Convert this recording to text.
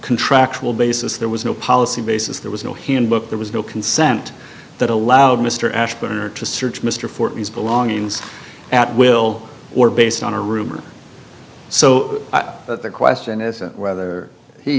contractual basis there was no policy basis there was no hint book there was no consent that allowed mr ashburn or to search mr for his belongings at will or based on a rumor so the question is whether he